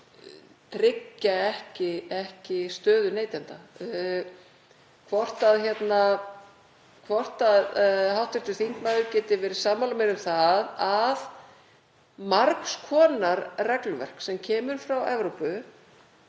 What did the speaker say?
hvort hv. þingmaður geti verið sammála mér um það að margs konar regluverk sem kemur frá Evrópu